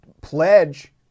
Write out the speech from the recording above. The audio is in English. pledge